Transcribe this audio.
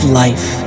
life